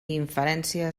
inferència